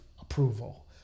approval